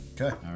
okay